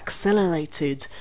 accelerated